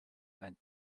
and